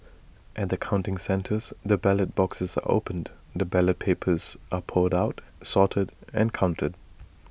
at the counting centres the ballot boxes are opened and the ballot papers are poured out sorted and counted